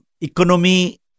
economy